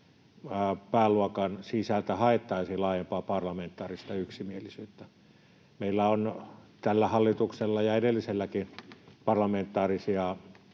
pääluokan sisältä haettaisiin laajempaa parlamentaarista yksimielisyyttä. Meillä on tällä hallituksella, ja edelliselläkin, parlamentaarisia